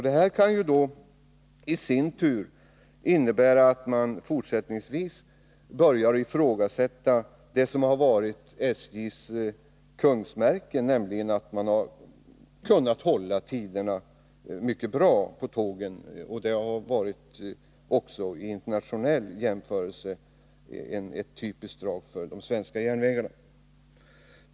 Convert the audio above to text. Det kan i sin tur innebära att man börjar ifrågasätta det som har varit SJ:s kungsmärke, nämligen dess förmåga att hålla tågtiderna. Det har också vid en internationell jämförelse varit ett typiskt drag för de svenska järnvägarna.